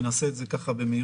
ונעשה את זה במהירות.